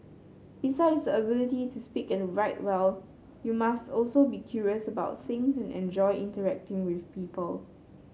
besides the ability to speak and write well you must also be curious about things and enjoy interacting with people